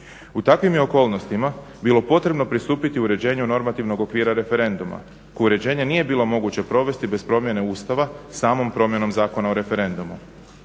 U takvim je okolnostima bilo potrebno pristupiti uređenju normativnog okvira referenduma koje uređenje nije bilo moguće provesti bez promjene Ustava samom promjenom Zakona o referendumu.